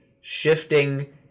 shifting